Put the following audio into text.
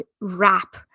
wrap